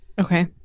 Okay